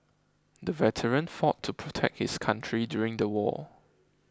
the veteran fought to protect his country during the war